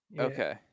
Okay